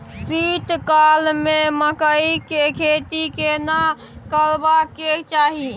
शीत काल में मकई के खेती केना करबा के चाही?